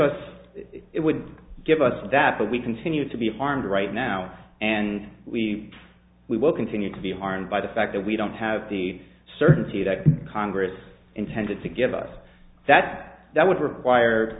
us it would give us that we continue to be harmed right now and we we will continue to be harmed by the fact that we don't have the certainty that congress intended to give us that that would require